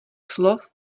slov